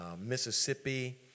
Mississippi